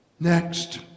Next